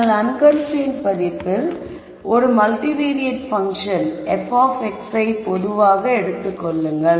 நீங்கள் அன்கன்ஸ்ரைன்ட் பதிப்பில் ஒரு மல்டிவேரியட் பங்க்ஷன் f யை பொதுவாக எடுத்துக் கொள்ளுங்கள்